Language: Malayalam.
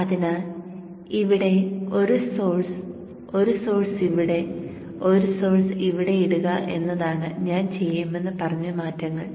അതിനാൽ ഇവിടെ ഒരു സോഴ്സ് ഒരു സോഴ്സ് ഇവിടെ ഒരു സോഴ്സ് ഇവിടെ ഇടുക എന്നതാണ് ഞാൻ ചെയ്യുമെന്ന് പറഞ്ഞ മാറ്റങ്ങൾ